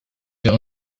wir